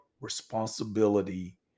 responsibility